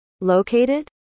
located